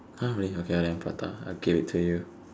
!huh! really okay ah then prata I'll give it to you